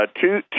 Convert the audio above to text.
two